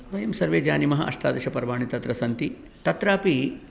वयं सर्वे जानीमः अष्टादशपर्वाणि तत्र सन्ति तत्रापि